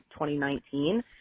2019